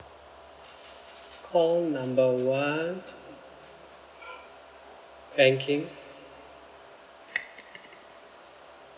call number one banking